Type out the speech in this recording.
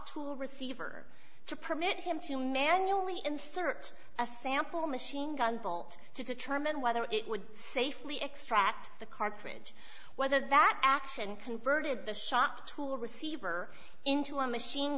tool receiver to permit him to manually insert a sample machine gun bolt to determine whether it would safely extract the cartridge whether that action converted the shock tool receiver into a machine